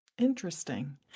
interesting